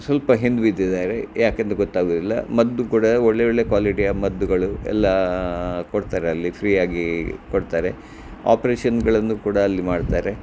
ಸ್ವಲ್ಪ ಹಿಂದೆ ಬಿದ್ದಿದ್ದಾರೆ ಯಾಕಂತ ಗೊತ್ತಾಗಲಿಲ್ಲ ಮದ್ದು ಕೂಡ ಒಳ್ಳೊಳ್ಳೆ ಕ್ವಾಲಿಟಿಯ ಮದ್ದುಗಳು ಎಲ್ಲ ಕೊಡ್ತಾರೆ ಅಲ್ಲಿ ಫ್ರೀಯಾಗಿ ಕೊಡ್ತಾರೆ ಆಪ್ರೇಷನ್ಗಳನ್ನು ಕೂಡ ಅಲ್ಲಿ ಮಾಡ್ತಾರೆ